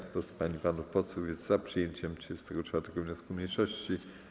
Kto z pań i panów posłów jest za przyjęciem 34. wniosku mniejszości?